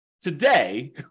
Today